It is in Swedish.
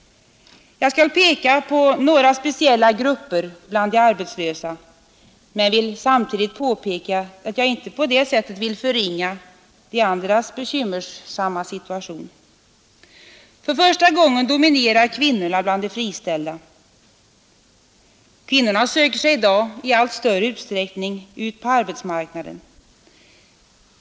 Jag skall peka på några speciella grupper bland de arbetslösa men vill samtidigt framhålla, att jag inte på det sättet vill förringa andra gruppers bekymmersamma situation. För första gången dominerar kvinnorna bland de friställda. Kvinnorna söker sig i dag i allt större utsträckning ut på arbetsmarknaden.